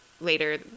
later